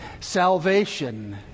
salvation